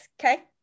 okay